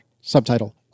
subtitle